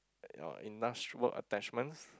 your industrial work attachments